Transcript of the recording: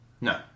no